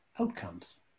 outcomes